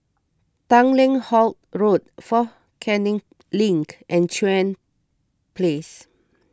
Tanglin Halt Road fort Canning Link and Chuan Place